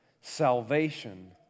Salvation